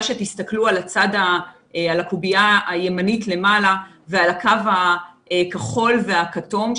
שתסתכלו על הקובייה הימנית למעלה ועל הקו הכחול והכתום,